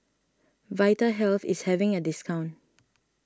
Vitahealth is having a discount